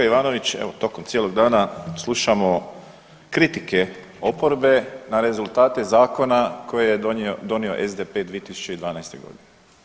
Kolega Ivanović, evo tokom cijelog dana slušamo kritike oporbe na rezultate Zakona koji je donio SDP 2012. godine.